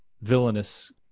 villainous